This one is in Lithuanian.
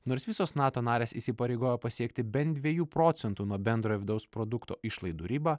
nors visos nato narės įsipareigojo pasiekti bent dviejų procentų nuo bendrojo vidaus produkto išlaidų ribą